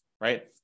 right